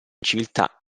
civiltà